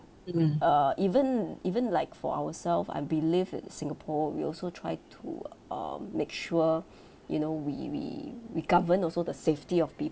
uh even even like for ourself I believe that singapore will also try to um make sure you know we we we govern also the safety of peo~